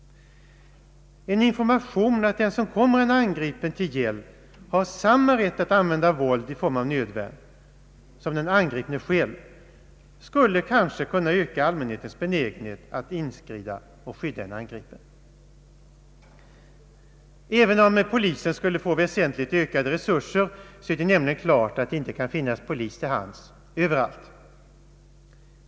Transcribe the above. En information om att den som kommer en angripen till hjälp har samma rätt att använda våld i form av nödvärn som den angripne själv skulle måhända öka allmänhetens benägenhet att inskrida och skydda den angripne. Även om polisen skulle få väsentligt ökade resurser är det ju självfallet att det inte kan finnas polis till hands överallt.